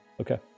Okay